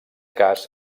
cas